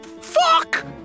Fuck